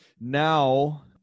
now